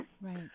Right